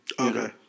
Okay